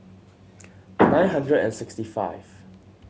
nine hundred and sixty five